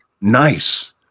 nice